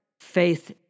Faith